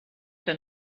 que